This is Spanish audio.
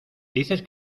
dices